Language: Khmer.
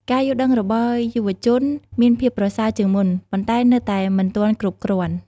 ការយល់ដឹងរបស់យុវជនមានភាពប្រសើរជាងមុន ប៉ុន្តែនៅតែមិនទាន់គ្រប់គ្រាន់។